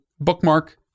bookmark